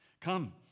come